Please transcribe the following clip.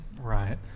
Right